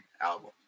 album